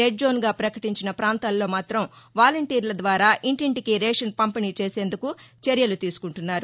red zone గా పకటించిన ఫాంతాల్లో మాతం వాలంటీర్ల ద్వారా ఇంటింటికి రేషన్ పంపిణీ చేసేందుకు చర్యలు తీసుకుంటున్నారు